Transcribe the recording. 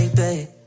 baby